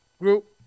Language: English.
Group